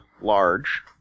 large